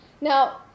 Now